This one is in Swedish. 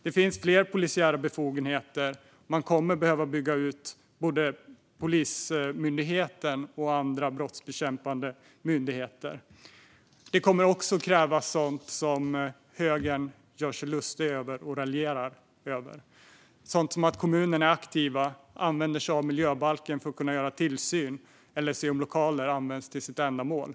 Det finns fler polisiära befogenheter, och man kommer att behöva bygga ut både Polismyndigheten och andra brottsbekämpande myndigheter. Det kommer också att krävas sådant som högern gör sig lustig och raljerar över, såsom att kommunerna är aktiva, använder sig av miljöbalken för att göra tillsyn och ser om lokaler används för sitt ändamål.